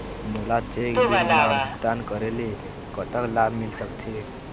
मोला check bill मा भुगतान करेले कतक लाभ मिल सकथे?